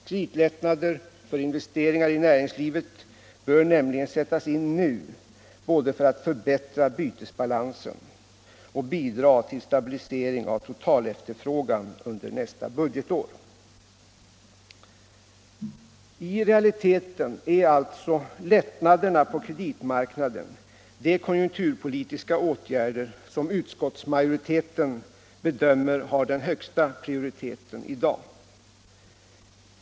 Kreditlättnader för investeringar i näringslivet bör nämligen sättas in nu för att både förbättra bytesbalansen och bidra i väsentlig utsträckning till en stabilisering av totalefterfrågan under nästa budgetår. I realiteten är alltså lättnaderna på kreditmarknaden de konjunkturpolitiska åtgärder som utskottsmajoriteten bedömer har den högsta prioriteten i dag.